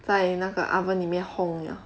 在那个 oven 里面烘了